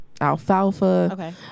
alfalfa